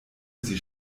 sie